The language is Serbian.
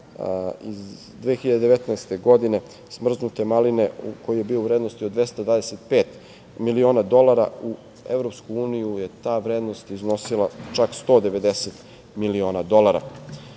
iz 2019. godine smrznute maline, koji je bio u vrednosti od 225 miliona dolara, u EU je ta vrednost iznosila čak 190 miliona dolara. Takođe,